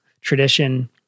tradition